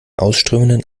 ausströmenden